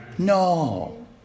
No